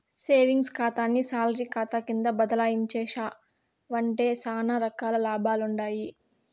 savings కాతాని salary కాతా కింద బదలాయించేశావంటే సానా రకాల లాభాలుండాయి